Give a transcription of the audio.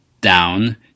down